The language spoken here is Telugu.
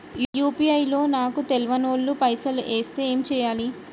యూ.పీ.ఐ లో నాకు తెల్వనోళ్లు పైసల్ ఎస్తే ఏం చేయాలి?